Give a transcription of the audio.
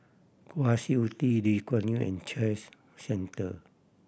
Kwa Siew Tee Lee Kuan Yew and Centre